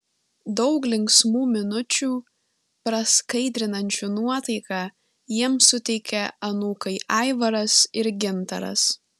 daug linksmų minučių praskaidrinančių nuotaiką jiems suteikia anūkai aivaras ir gintaras